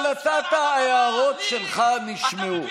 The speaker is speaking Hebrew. אבל ההערות שלך נשמעו.